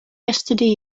yesterday